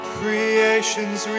creations